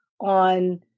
on